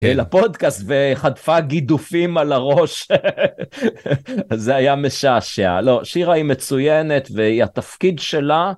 אלה פודקאסט וחטפה גידופים על הראש. זה היה משעשע. לא שירה היא מצוינת והיא התפקיד שלה.